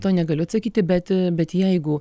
to negaliu atsakyti bet bet jeigu